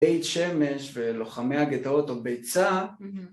בית שמש ולוחמי הגטאות או ביצה